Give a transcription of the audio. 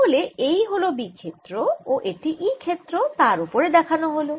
তাহলে এই হল B ক্ষেত্র ও এটি E ক্ষেত্র তার ওপরে দেখানো হল